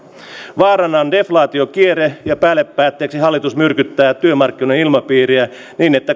vaarana on deflaatiokierre ja päälle päätteeksi hallitus myrkyttää työmarkkinoiden ilmapiiriä niin että